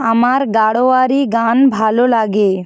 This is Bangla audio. আমার গাড়োয়ারি গান ভালো লাগে